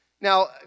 Now